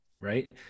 right